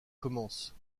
commence